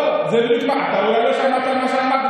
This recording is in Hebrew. אתה אולי לא שמעת מה שאמרתי.